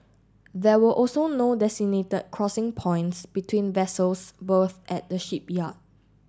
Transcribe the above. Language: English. there were also no designated crossing points between vessels berthed at the shipyard